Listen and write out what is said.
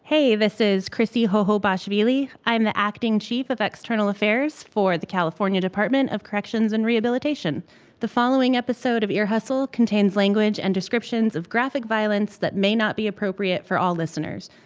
hey, this is krissi khokhobashvili. i'm the acting chief of external affairs for the california department of corrections and rehabilitation the following episode of ear hustle contains language and descriptions of graphic violence that may not be appropriate for all listeners.